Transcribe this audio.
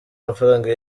amafaranga